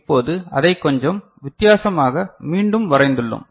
இப்போது அதை கொஞ்சம் வித்தியாசமாக மீண்டும் வரைந்துள்ளோம்